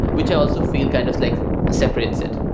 which i also feel kind of like separated.